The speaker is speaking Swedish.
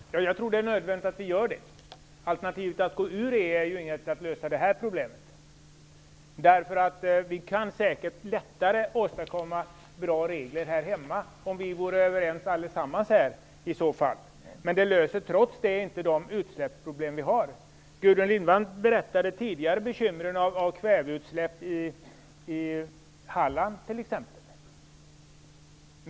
Herr talman! Jag tror att det är nödvändigt att vi gör det. Alternativet att gå ur EU är ju inget sätt att lösa det här problemet. Vi skulle i så fall säkert lättare kunna åstadkomma bra regler här hemma, om vi vore överens allesammans. Men trots det löser det inte de utsläppsproblem vi har. Gudrun Lindvall berättade tidigare om bekymren med kväveutsläpp i t.ex. Halland.